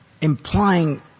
implying